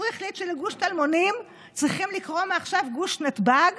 הוא החליט שלגוש טלמונים צריכים לקרוא מעכשיו "גוש נתב"ג"